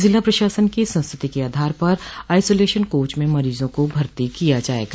जिला प्रशासन की संस्तुति के आधार पर आइसोलेशन कोच में मरीजों को भर्ती किया जाएगा